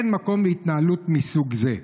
אין מקום להתנהלות מסוג זה.